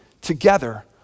together